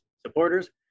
supporters